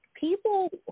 People